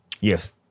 Yes